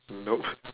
nope